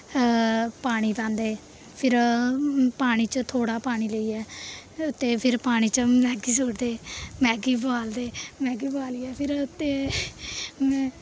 पानी पांदे फिर पानी च थोह्ड़ा पानी लेइयै ते फिर पानी च मैग्गी सु'टदे मैग्गी बोआलदे मैग्गी बोआलियै फिर ते म